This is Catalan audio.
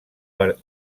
per